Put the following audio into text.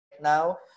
now